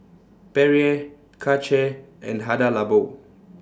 Perrier Karcher and Hada Labo